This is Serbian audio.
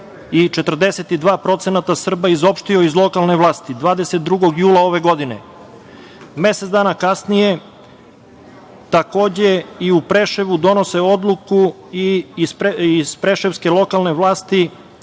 i 42% Srba izopštio iz lokalne vlasti 22. jula ove godine. Mesec dana kasnije, takođe, i u Preševu donose odluku i iz preševske lokalne vlasti